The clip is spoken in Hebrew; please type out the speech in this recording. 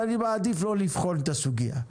אני מעדיף לא לבחון את הסוגיה.